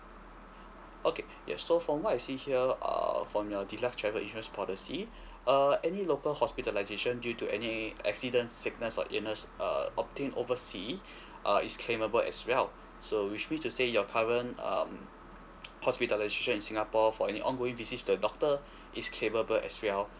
okay yes so from what I see here uh from your deluxe travel insurance policy uh any local hospitalisation due to any accidents sickness or illness uh obtained oversea uh is claimable as well so which mean to say your current um hospitalisation in singapore for any ongoing visits to the doctor is claimable as well